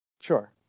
Sure